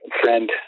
friend